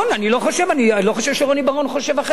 אני לא חושב שרוני בר-און חושב אחרת.